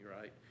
right